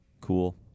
Cool